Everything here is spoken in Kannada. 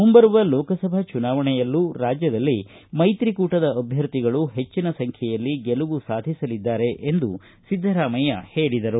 ಮುಂಬರುವ ಲೋಕಸಭಾ ಚುನಾವಣೆಯಲ್ಲೂ ರಾಜ್ಯದಲ್ಲಿ ಮೈತ್ರಿ ಕೂಟದ ಅಭ್ಯರ್ಥಿಗಳು ಹೆಚ್ಚಿನ ಸಂಖ್ಯೆಯಲ್ಲಿ ಗೆಲುವು ಸಾಧಿಸಲಿದ್ದಾರೆ ಎಂದು ಸಿದ್ದರಾಮಯ್ಯ ಹೇಳಿದರು